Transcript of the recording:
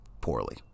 poorly